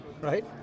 Right